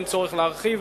ואין צורך להרחיב.